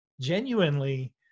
genuinely